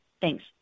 Thanks